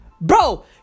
Bro